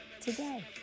today